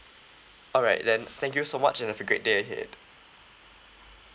alright then thank you so much and have a great day ahead